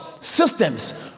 systems